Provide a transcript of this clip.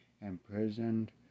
imprisoned